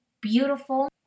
beautiful